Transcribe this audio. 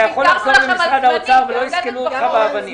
אתה יכול לחזור למשרד האוצר ולא יסקלו אותך באבנים.